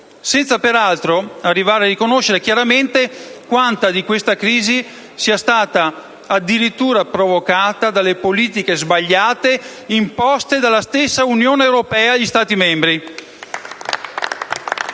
senza peraltro arrivare a riconoscere chiaramente quanta di questa crisi sia stata addirittura provocata dalle politiche sbagliate imposte dalla stessa Unione europea agli Stati membri.